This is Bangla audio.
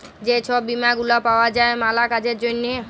যে ছব বীমা গুলা পাউয়া যায় ম্যালা কাজের জ্যনহে